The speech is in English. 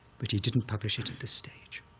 but he didn't publish it at this stage.